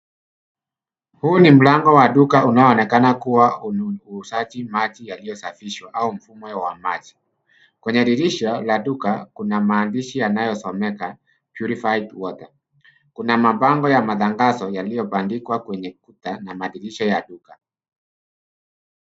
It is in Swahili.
Huu ni mlango wa duka unaoonekana kuwa uuzaji wa maji yaliyosafishwa au mfumo wa maji. Kwenye dirisha la duka kuna maandishi yanayosomeka purified water .Kuna mabango ya matangazo yaliyobandikwa kwenye kuta na madirisha ya duka.